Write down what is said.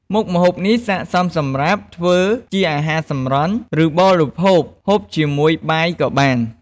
មុខម្ហូបនេះស័ក្តិសមសម្រាប់ធ្វើជាអាហារសម្រន់ ឬបរិភោគហូបជាមួយបាយក៏បាន។